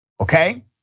okay